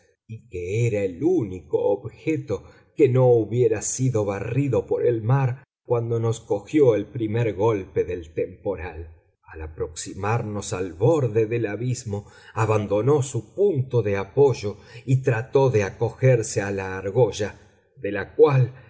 que era el único objeto que no hubiera sido barrido por el mar cuando nos cogió el primer golpe del temporal al aproximarnos al borde del abismo abandonó su punto de apoyo y trató de acogerse a la argolla de la cual